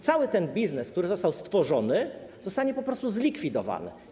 Cały ten biznes, który został stworzony, zostanie po prostu zlikwidowany.